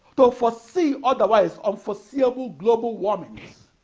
to foresee otherwise unforeseeable global warmings.